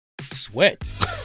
Sweat